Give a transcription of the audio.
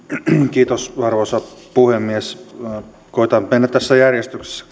kiitos arvoisa puhemies koetan mennä tässä järjestyksessä